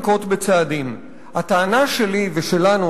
הטענה שלי ושלנו,